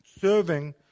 serving